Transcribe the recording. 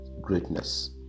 greatness